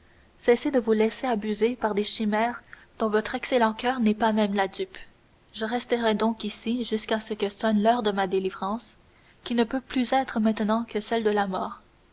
cessez de vous laisser abuser par des chimères dont votre excellent coeur n'est pas même la dupe je resterai donc ici jusqu'à ce que sonne l'heure de ma délivrance qui ne peut plus être maintenant que celle de la mort